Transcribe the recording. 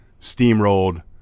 steamrolled